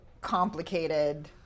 complicated